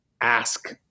ask